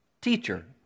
Teacher